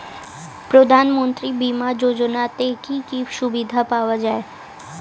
প্রধানমন্ত্রী বিমা যোজনাতে কি কি সুবিধা পাওয়া যায়?